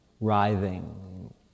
writhing